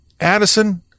Addison